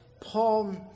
Paul